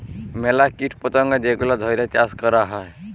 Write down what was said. ম্যালা কীট পতঙ্গ যেগলা ধ্যইরে চাষ ক্যরা হ্যয়